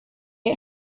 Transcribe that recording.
get